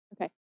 Okay